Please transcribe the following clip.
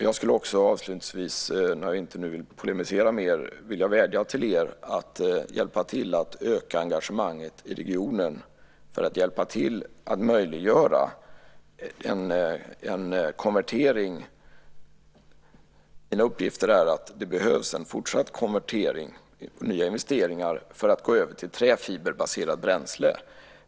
Jag skulle avslutningsvis inte vilja polemisera till er utan vädja till er att hjälpa till att öka engagemanget i regionen för att möjliggöra en konvertering. Mina uppgifter är att det behövs en fortsatt konvertering och nya investeringar för att gå över till träfiberbaserat bränsle.